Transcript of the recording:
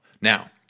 Now